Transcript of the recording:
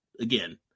again